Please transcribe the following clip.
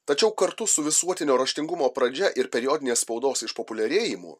tačiau kartu su visuotinio raštingumo pradžia ir periodinės spaudos išpopuliarėjimu